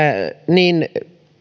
niin